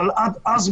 אבל עד אז,